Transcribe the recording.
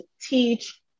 teach